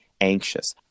anxious